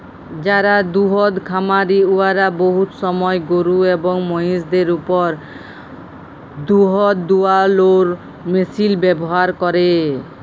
যারা দুহুদ খামারি উয়ারা বহুত সময় গরু এবং মহিষদের উপর দুহুদ দুয়ালোর মেশিল ব্যাভার ক্যরে